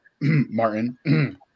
Martin